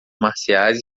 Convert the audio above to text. marciais